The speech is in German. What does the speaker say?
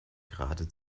gerade